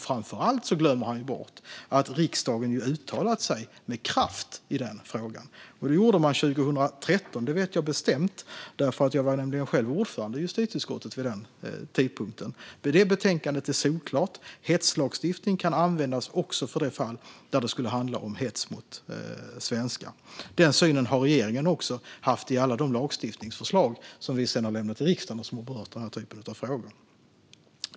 Framför allt glömmer han bort att nämna att riksdagen har uttalat sig med kraft i denna fråga. Detta gjorde man 2013, och det vet jag bestämt eftersom jag var ordförande i justitieutskottet vid den tidpunkten. Det betänkandet är solklart: Hetslagstiftningen kan användas också för de fall där det handlar om hets mot svenskar. Denna syn har regeringen också haft i alla de lagstiftningsförslag som vi har lämnat till riksdagen och som har berört denna typ av frågor.